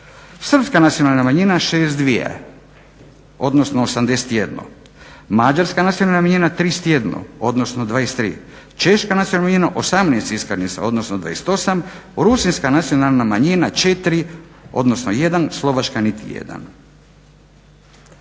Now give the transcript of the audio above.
Srpska nacionalna manjina 62, odnosno 81. Mađarska nacionalna manjina 31, odnosno 23. Češka nacionalna manjina 18 iskaznica, odnosno 28. Rusinska nacionalna manjina 4 odnosno 1. Slovačka niti